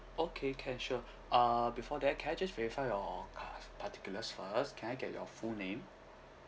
okay can sure uh before that can I just verify your cus~ particulars first can I get your full name